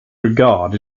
regard